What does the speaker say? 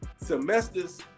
semester's